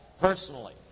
personally